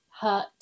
hurt